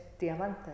diamante